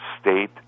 state